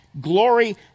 Glory